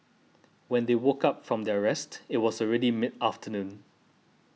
when they woke up from their rest it was already mid afternoon